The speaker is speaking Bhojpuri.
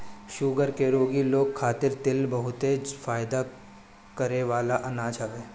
शुगर के रोगी लोग खातिर तिल बहुते फायदा करेवाला अनाज हवे